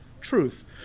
truth